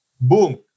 Boom